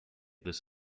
this